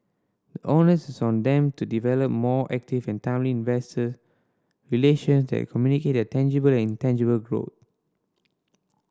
the onus is on them to develop more active and timely investor relation that communicate their tangible and intangible growth